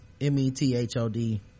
M-E-T-H-O-D